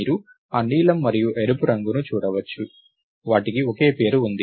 మీరు ఆ నీలం మరియు ఎరుపు రంగును చూడవచ్చు వాటికి ఒకే పేరు ఉంది